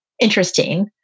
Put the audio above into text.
interesting